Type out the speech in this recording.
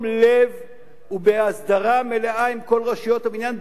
לב ובהסדרה מלאה עם כל רשויות הבניין,